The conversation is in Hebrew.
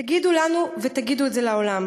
תגידו לנו ותגידו את זה לעולם